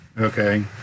okay